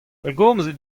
pellgomzit